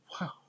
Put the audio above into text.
Wow